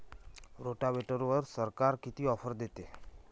रोटावेटरवर सरकार किती ऑफर देतं?